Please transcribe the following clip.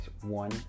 one